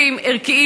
השר אלקין.